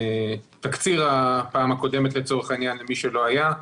תקציר הפעם הקודמת, לצורך העניין למי שלא היה.